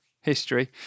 history